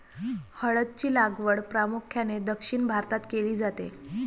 हळद ची लागवड प्रामुख्याने दक्षिण भारतात केली जाते